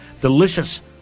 delicious